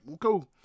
Cool